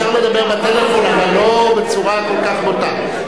אפשר לדבר בטלפון אבל לא בצורה כל כך בוטה.